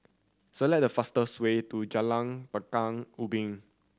select the fastest way to Jalan Pekan Ubin